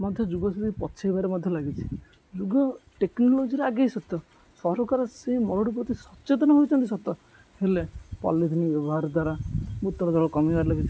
ମଧ୍ୟ ଯୁଗ ସେତିକି ପଛେଇବାରେ ମଧ୍ୟ ଲାଗିଛିି ଯୁଗ ଟେକ୍ନୋଲୋଜିରେ ଆଗେଇ ସତ ସରକାର ସେ ମରୁଡ଼ି ପ୍ରତି ସଚେତନ ହୋଇଛନ୍ତି ସତ ହେଲେ ପଲଲିଥିନ୍ ବ୍ୟବହାର ଦ୍ୱାରା ଭୂତଳ ଜଳ କମିବାରେ ଲାଗିିଛି